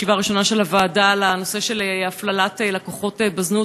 ישיבה ראשונה של הוועדה בנושא של הפללת לקוחות בזנות.